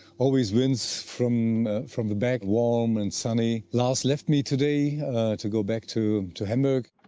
always winds from from the back warm and sunny. lars left me today to go back to to hamburg.